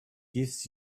gives